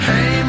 Hey